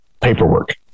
paperwork